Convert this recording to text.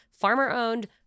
farmer-owned